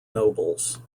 nobles